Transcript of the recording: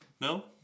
No